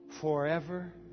forever